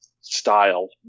style